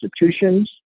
institutions